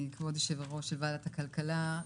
כבוד יושב-ראש ועדת הכלכלה,